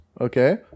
okay